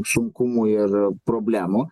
sunkumų ir problemų